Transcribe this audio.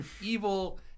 evil